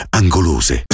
angolose